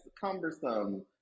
cumbersome